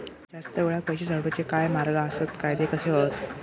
जास्त वेळाक पैशे साठवूचे काय मार्ग आसत काय ते कसे हत?